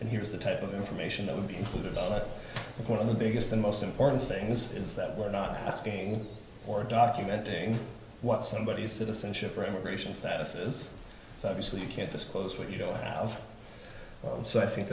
and here's the type of information that would be included in one of the biggest and most important things is that we're not asking or documenting what somebody's citizenship or immigration status is so obviously you can't disclose what you know of so i think